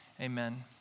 Amen